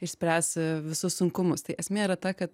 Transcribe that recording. išspręs visus sunkumus tai esmė yra ta kad